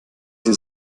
sie